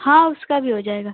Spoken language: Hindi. हाँ उसका भी हो जाएगा